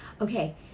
Okay